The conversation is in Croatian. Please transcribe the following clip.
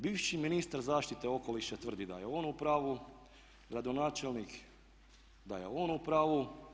Bivši ministar zaštite okoliša tvrdi da je on u pravu, gradonačelnik da je on u pravu.